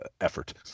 effort